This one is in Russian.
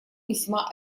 весьма